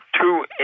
two